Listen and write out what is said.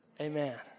amen